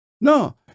No